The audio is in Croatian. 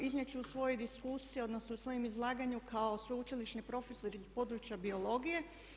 Iznijet ću u svojoj diskusiji odnosno u svojem izlaganju kao sveučilišni profesor iz područja biologije.